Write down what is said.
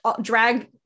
drag